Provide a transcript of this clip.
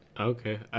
Okay